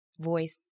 voice